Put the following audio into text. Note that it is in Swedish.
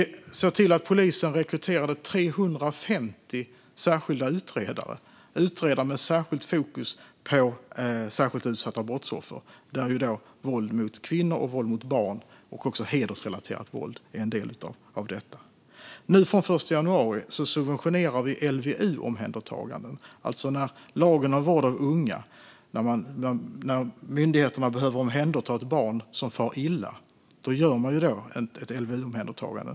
Vi såg till att polisen rekryterade 350 särskilda utredare. Det är utredare med speciellt fokus på särskilt utsatta brottsoffer, där våld mot kvinnor, våld mot barn och även hedersrelaterat våld är en del. Från den 1 januari subventionerar vi LVU-omhändertaganden, alltså lagen om vård av unga. När myndigheterna behöver omhänderta ett barn som far illa gör man ett LVU-omhändertagande.